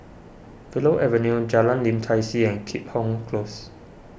Willow Avenue Jalan Lim Tai See and Keat Hong Close